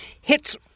hits